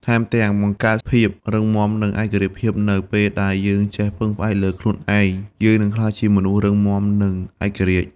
ថែមទាំងបង្កើតភាពរឹងមាំ និងឯករាជ្យភាពនៅពេលដែលយើងចេះពឹងផ្អែកលើខ្លួនឯង យើងនឹងក្លាយជាមនុស្ស រឹងមាំ និង ឯករាជ្យ។